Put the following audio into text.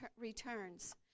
returns